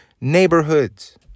neighborhoods